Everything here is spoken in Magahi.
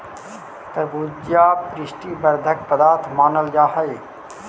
तरबूजा पुष्टि वर्धक पदार्थ मानल जा हई